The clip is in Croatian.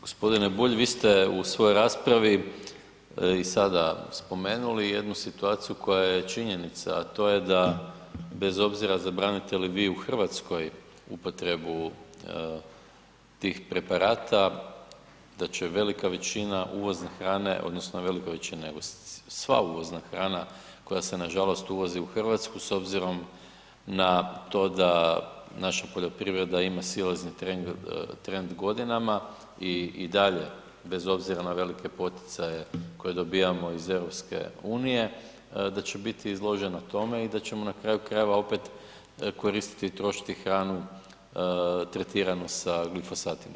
Gospodine Bulj, vi ste u svojoj raspravi i sada spomenuli jednu situaciju koja je činjenica, a to je da bez obzira zabranite li vi u Hrvatskoj upotrebu tih preparata da će velika većina uvozne hrane odnosno velika veličina nego sva uvozna hrana koja se nažalost uvozi u Hrvatsku s obzirom na to da naša poljoprivreda ima silazni trend godinama i dalje bez obzira na velike poticaje koje dobijamo iz EU, da će biti izložena tome i da ćemo na kraju krajeva opet koristiti i trošiti hranu tretiranu sa glifosatima.